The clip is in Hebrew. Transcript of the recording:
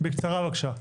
בקצרה בבקשה.